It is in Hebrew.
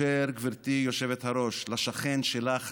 גברתי היושבת-ראש, כאשר לשכן שלך רע,